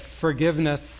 Forgiveness